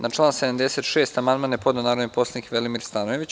Na član 76. amandman je podneo narodni poslanik Velimir Stanojević.